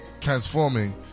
transforming